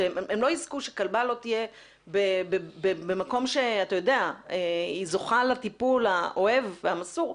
כלבה לא תהיה במקום שהיא זוכה לטיפול האוהב והמסור.